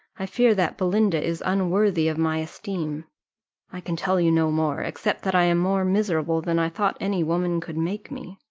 i fear that belinda is unworthy of my esteem i can tell you no more, except that i am more miserable than i thought any woman could make me.